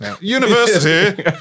University